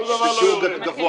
--- גבוה.